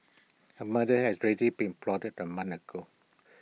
A murder has ready been plotted A month ago